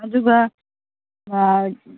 ꯑꯗꯨꯒ